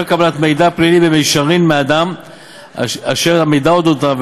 קבלת מידע פלילי במישרין מאדם אשר המידע הוא על אודותיו,